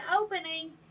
opening